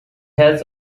has